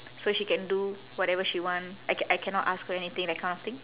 so she can do whatever she want I c~ I cannot ask her anything that kind of thing